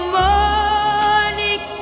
morning